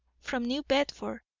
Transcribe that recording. from new bedford.